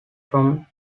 from